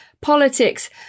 politics